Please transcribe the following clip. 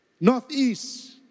northeast